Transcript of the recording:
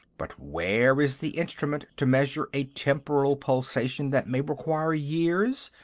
but where is the instrument to measure a temporal pulsation that may require years?